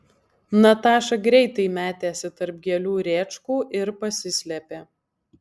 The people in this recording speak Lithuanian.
nataša greitai metėsi tarp gėlių rėčkų ir pasislėpė